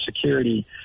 security